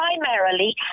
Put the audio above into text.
Primarily